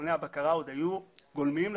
מכוני הבקרה היו עוד גולמיים לחלוטין.